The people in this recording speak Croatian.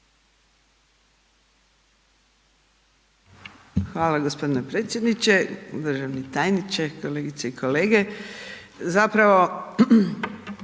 Hvala g. predsjedniče, državni tajniče, kolegice i kolege,